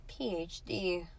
PhD